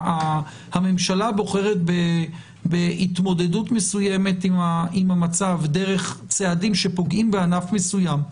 הממשלה בוחרת בהתמודדות מסוימת עם המצב דרך צעדים שפוגעים בענף מסוים,